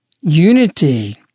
unity